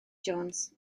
jones